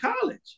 College